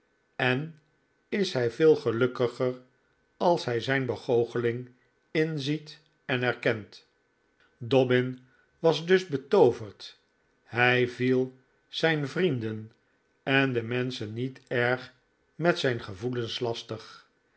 en is hij veel gelukkiger als hij zijn begoocheling inziet en erken't dobbin was dus betooverd hij viel zijn vrienden en de menschen niet erg met zijn gevoelens lastig